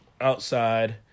outside